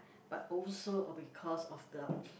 but also a because of the